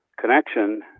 connection